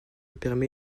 permet